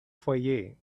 foyer